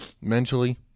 mentally